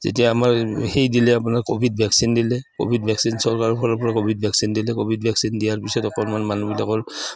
যেতিয়া আমাৰ সেই দিলে আপোনাৰ ক'ভিড ভেকচিন দিলে ক'ভিড ভেকচিন চৰকাৰ ফালৰ পৰা কভিড ভেকচিন দিলে ক'ভিড ভেকচিন দিয়াৰ পিছত অকণমান মানুহবিলাকৰ